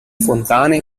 fontane